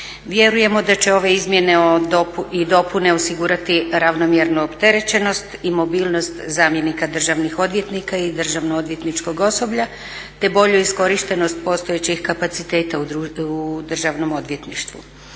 Vjerujemo da će ove izmjene i dopune osigurati ravnomjernu opterećenost i mobilnost zamjenika državnih odvjetnika i državno odvjetničkog osoblja te bolju iskorištenost postojećih kapaciteta u državnom odvjetništvu.